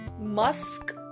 Musk